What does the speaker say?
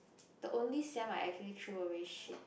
the only sem that I actually threw away shit